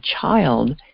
child